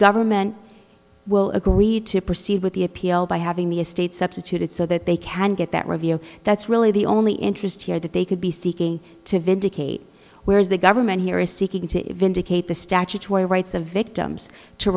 government will agree to proceed with the appeal by having the estate substituted so that they can get that review that's really the only interest here that they could be seeking to vindicate whereas the government here is seeking to vindicate the statutory rights of victims to